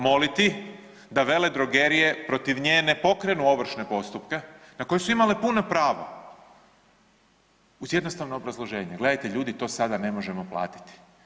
Moliti da veledrogerije protiv nje ne pokrenu ovršne postupke na koje su imale puno pravo uz jednostavno obrazloženje, gledajte ljudi, to sada ne možemo platiti.